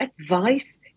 advice